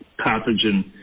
pathogen